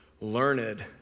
learned